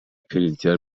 پرینتر